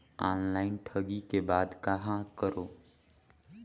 Online ठगी के बाद कहां करों?